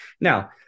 Now